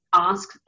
ask